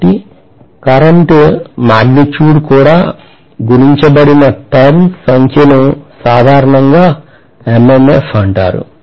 కాబట్టి current magnitude ద్వారా గుణించబడిన turns సంఖ్యను సాధారణంగా MMF అంటారు